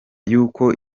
y’uko